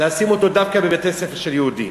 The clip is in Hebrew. לשים אותו דווקא בבית-ספר של יהודים.